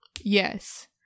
Yes